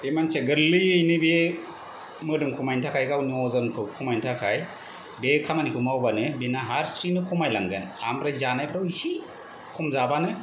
बे मानसिया गोरलैयैनो बियो मोदोम खमायनो थाखाय गावनि अजनखौ खमायनो थाखाय बे खामानिखौ मावबानो बेना हारसिंनो खमायलांगोन आमफ्राय जानायफोराव एसे खम जाबानो